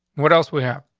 what else we have?